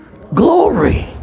glory